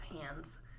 hands